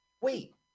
Wait